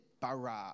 bara